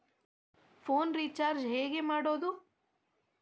Phone recharge ಹೆಂಗೆ ಮಾಡೋದು?